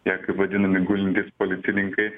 tie kaip vadinami gulintys policininkai